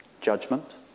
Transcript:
judgment